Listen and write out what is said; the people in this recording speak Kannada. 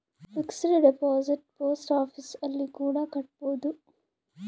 ಫಿಕ್ಸೆಡ್ ಡಿಪಾಸಿಟ್ ಪೋಸ್ಟ್ ಆಫೀಸ್ ಅಲ್ಲಿ ಕೂಡ ಕಟ್ಬೋದು